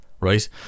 right